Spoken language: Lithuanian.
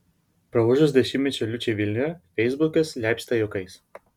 praūžus dešimtmečio liūčiai vilniuje feisbukas leipsta juokais